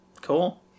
Cool